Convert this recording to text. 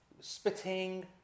spitting